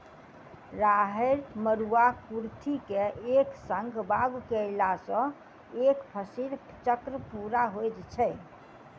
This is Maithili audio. राहैड़, मरूआ, कुर्थी के एक संग बागु करलासॅ एक फसिल चक्र पूरा होइत छै